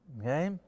okay